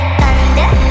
thunder